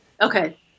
Okay